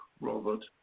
Robert